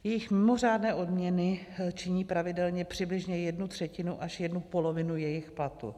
Jejich mimořádné odměny činí pravidelně přibližně jednu třetinu až jednu polovinu jejich platu.